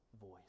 voice